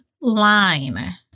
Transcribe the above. line